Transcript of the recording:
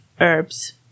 herbs